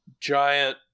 giant